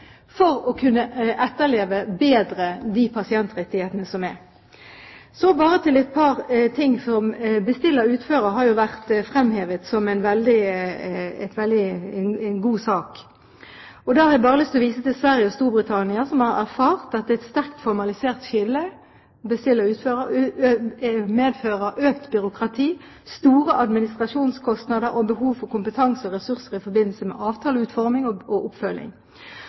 for å kunne etterleve bedre de pasientrettighetene som er. Så bare et par ting: Bestiller-utfører har vært fremhevet som en god sak. Da har jeg bare lyst til å vise til Sverige og Storbritannia som har erfart at et sterkt formalisert skille mellom bestiller-utfører medfører økt byråkrati, store administrasjonskostnader og behov for kompetanse og ressurser i forbindelse med avtaleutforming og oppfølging.